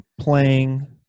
playing